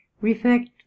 Reflect